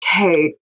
okay